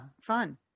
fun